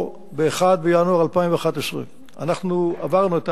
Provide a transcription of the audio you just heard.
או עד 1 בינואר 2011. אנחנו עברנו את